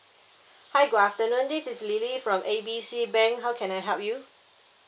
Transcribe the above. hi good afternoon this is lily from A B C bank how can I help you